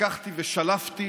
לקחתי ושלפתי